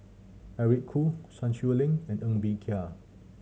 Eric Khoo Sun Xueling and Ng Bee Kia